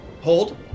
hold